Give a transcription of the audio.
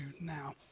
now